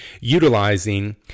utilizing